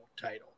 title